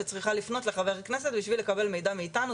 צריכה לפנות לשרה בכדי לקבל מידע מאיתנו.